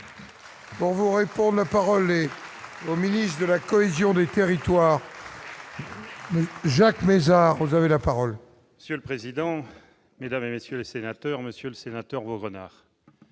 Bon vous répond : la parole et au ministre de la cohésion des territoires Jacques Mézard, vous avez la parole. Sur le président, mesdames et messieurs les sénateurs, monsieur le sénateur, Vaugrenard,